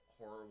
horror